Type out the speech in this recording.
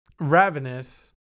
Ravenous